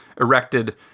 erected